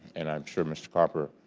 and i'm sure mr. carper,